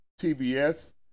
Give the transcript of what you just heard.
TBS